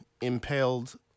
impaled